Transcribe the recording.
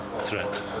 threat